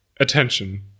Attention